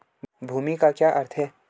भीम का क्या अर्थ है?